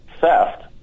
theft